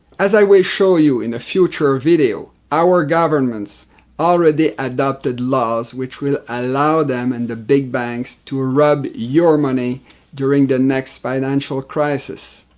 as i will show you in a future video, our governments have already adopted laws which will allow them and the big banks to rob your money during the next financial crisis.